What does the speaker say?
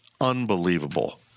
unbelievable